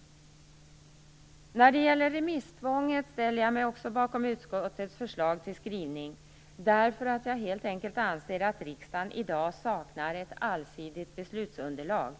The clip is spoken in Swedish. Också när det gäller remisstvånget ställer jag mig bakom utskottets förslag till skrivning. Anledningen är att jag helt enkelt anser att riksdagen i dag saknar ett allsidigt beslutsunderlag